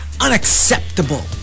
unacceptable